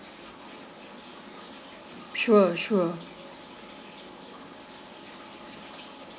sure sure